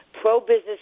pro-business